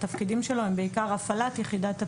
התפקידים שלו הם בעיקר הפעלת יחידת הפיקוח,